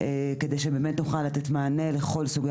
כדי שבאמת נוכל לתת מענה לכל סוגי